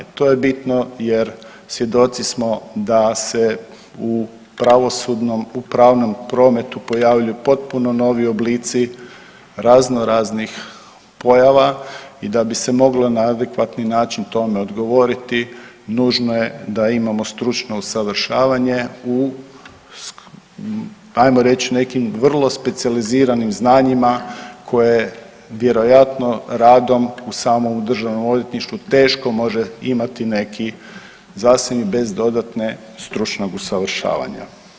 To je bitno jer svjedoci smo da se u pravosudnom, u pravnom prometu pojavljuju potpuno novi oblici razno raznih pojava i da bi se moglo na adekvatni način tome odgovoriti nužno je da imamo stručno usavršavanje u ajmo reć nekim vrlo specijaliziranim znanjima koje vjerojatno radom u samom državnom odvjetništvu teško može imati neki … [[Govornik se ne razumije]] bez dodatne stručnog usavršavanja.